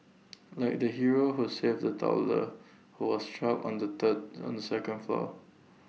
like the hero who saved A toddler who was stuck on the third on the second floor